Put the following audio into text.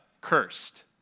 cursed